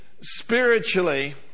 spiritually